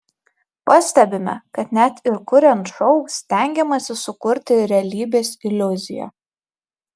pastebime kad net ir kuriant šou stengiamasi sukurti realybės iliuziją